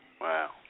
Wow